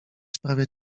sprawia